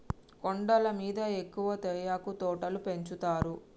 కొండల మీద ఎక్కువ తేయాకు తోటలు పెంచుతారు